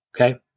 Okay